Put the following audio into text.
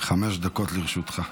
חמש דקות לרשותך.